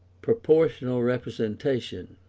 proportional representation.